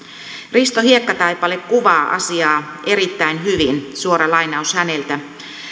risto hiekkataipale kuvaa asiaa erittäin hyvin suora lainaus häneltä